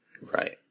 Right